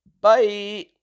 Bye